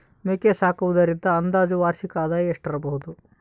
ಮೇಕೆ ಸಾಕುವುದರಿಂದ ಅಂದಾಜು ವಾರ್ಷಿಕ ಆದಾಯ ಎಷ್ಟಿರಬಹುದು?